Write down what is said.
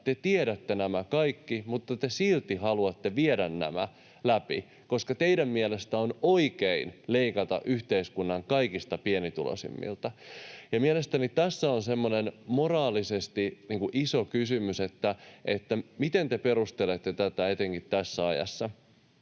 te tiedätte nämä kaikki mutta te silti haluatte viedä nämä läpi, koska teidän mielestänne on oikein leikata yhteiskunnan kaikista pienituloisimmilta. Mielestäni tässä on semmoinen moraalisesti iso kysymys, että miten te perustelette tätä etenkin tässä ajassa.